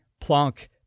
Planck